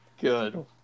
good